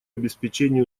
обеспечении